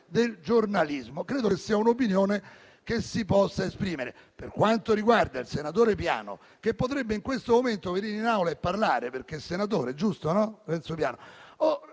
del giornalismo. Credo sia un'opinione che si possa esprimere. Per quanto riguarda il senatore Renzo Piano, che potrebbe in questo momento venire in Aula e parlare, perché è senatore (giusto, no?),